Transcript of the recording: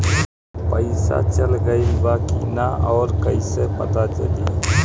पइसा चल गेलऽ बा कि न और कइसे पता चलि?